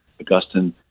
Augustine